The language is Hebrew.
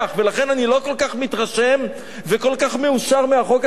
ולכן אני לא כל כך מתרשם וכל כך מאושר מהחוק הזה.